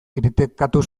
kritikatu